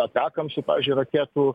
atakoms pavyzdžiui raketų